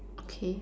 okay